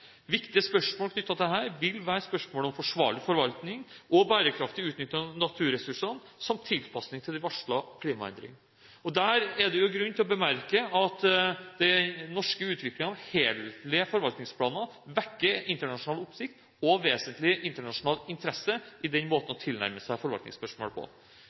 Viktige spørsmål knyttet til dette vil være spørsmål om forsvarlig forvaltning og bærekraftig utnytting av naturressursene, samt tilpasning til de varslede klimaendringene. Der er det grunn til å bemerke at den norske utviklingen av helhetlige forvaltningsplaner vekker internasjonal oppsikt og vesentlig internasjonal interesse for den måten å tilnærme seg forvaltningsspørsmål på.